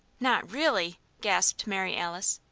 not really? gasped mary alice.